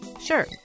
Sure